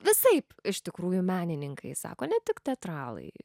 visaip iš tikrųjų menininkai sako ne tik teatralai